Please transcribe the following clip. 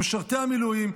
למשרתי המילואים,